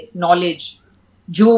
knowledge